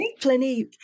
plenty